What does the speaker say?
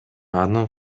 анын